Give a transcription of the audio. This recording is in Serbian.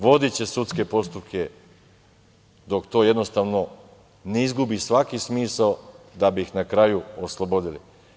Vodiće sudske postupke dok to jednostavno ne izgubi svaki smisao, da bi ih na kraju oslobodili.